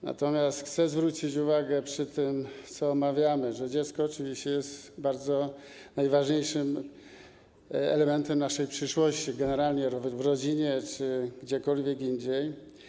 Natomiast chcę zwrócić uwagę, przy okazji tego, co omawiamy, że dziecko oczywiście jest najważniejszym elementem naszej przyszłości, generalnie w rodzinie czy gdziekolwiek indziej.